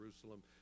Jerusalem